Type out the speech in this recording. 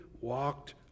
walked